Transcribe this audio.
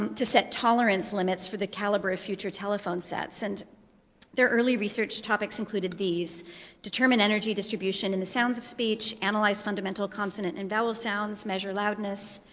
um to set tolerance limits for the caliber of future telephone sets. and their early research topics included these determined energy distribution in the sounds of speech, analyze fundamental consonant and vowel sounds, measure loudness,